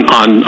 on